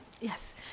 Yes